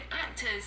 actors